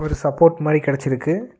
ஒரு சப்போர்ட் மாதிரி கிடச்சிருக்கு